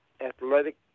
athletic